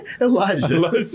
Elijah